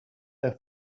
their